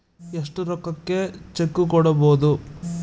ಎಷ್ಟು ರೊಕ್ಕಕ ಚೆಕ್ಕು ಕೊಡುಬೊದು